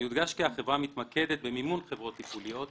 החברה מתמקדת במימון חברות תפעוליות,